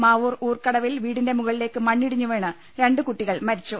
മാവൂർ ഊർക്കടവിൽ വീടിന്റെ മുകളിലേക്ക് മണ്ണിടിഞ്ഞുവീണ് രണ്ട് കുട്ടികൾ മരിച്ചു